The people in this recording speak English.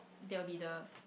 there will be the